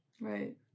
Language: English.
Right